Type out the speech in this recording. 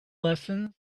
lessons